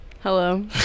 Hello